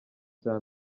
cya